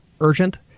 urgent